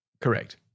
Correct